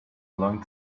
long